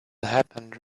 happened